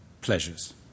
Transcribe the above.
pleasures